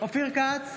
ישראל כץ,